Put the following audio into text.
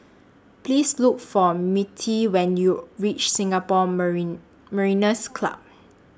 Please Look For Mirtie when YOU REACH Singapore Marin Mariners' Club